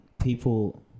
people